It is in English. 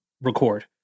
record